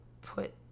put